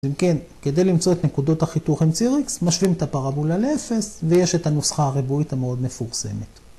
אם כן, כדי למצוא את נקודות החיתוך עם ציר X, משווים את הפרבולה ל 0 ויש את הנוסחה הריבועית המאוד מפורסמת.